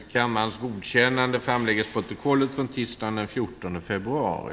Frågorna publiceras i bilaga som fogas till riksdagens snabbprotokoll tisdagen den 21 februari.